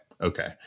Okay